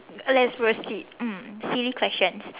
let's proceed mm silly question